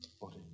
body